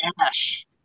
Ash